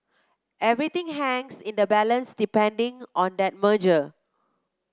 everything hangs in the balance depending on that merger